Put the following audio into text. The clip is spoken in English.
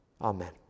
Amen